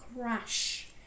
crash